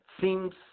seems